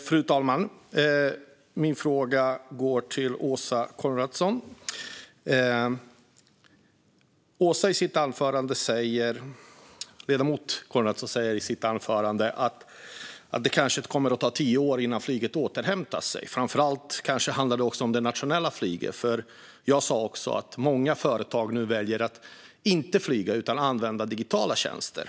Fru talman! Min fråga går till Åsa Coenraads. I sitt anförande sa ledamoten att det kanske kommer att ta tio år innan flyget återhämtar sig. Det handlar kanske framför allt om det nationella flyget. Jag sa att många företag nu väljer att inte flyga utan använder digitala tjänster.